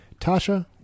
Tasha